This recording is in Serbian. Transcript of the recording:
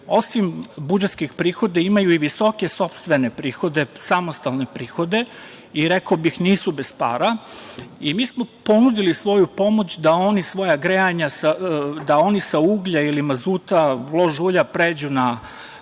osim budžetskih prihoda imaju i visoke sopstvene prihode, samostalne prihode i rekao bih nisu bez para i mi smo ponudili svoju pomoć da oni svoja grejanja, da oni sa uglja ili mazuta, lož ulja pređu na